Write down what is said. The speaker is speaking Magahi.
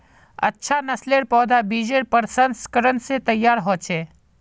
अच्छा नासलेर पौधा बिजेर प्रशंस्करण से तैयार होचे